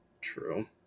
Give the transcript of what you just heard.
True